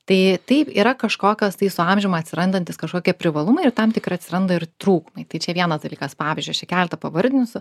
tai taip yra kažkokios tai su amžium atsirandantys kažkokie privalumai ir tam tikri atsiranda ir trūkumai tai čia vienas dalykas pavyzdžiui aš čia keletą pavardinsiu